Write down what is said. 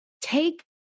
take